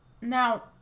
Now